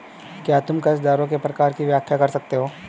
क्या तुम कर्जदारों के प्रकार की व्याख्या कर सकते हो?